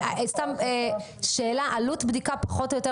וסתם שאלה: עלות בדיקה פחות או יותר,